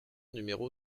numéro